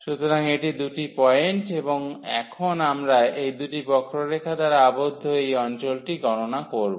সুতরাং এটি দুটি পয়েন্ট এবং এখন আমরা এই দুটি বক্ররেখা দ্বারা আবদ্ধ এই অঞ্চলটি গণনা করব